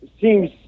seems